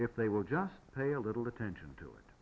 if they will just pay a little attention to it